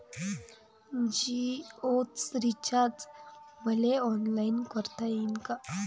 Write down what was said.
जीओच रिचार्ज मले ऑनलाईन करता येईन का?